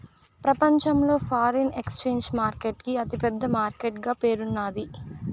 ప్రపంచంలో foreign exchange market కి అతి పెద్ద మార్కెట్ గా పేరున్నాది